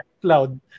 Cloud